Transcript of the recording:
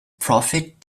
profit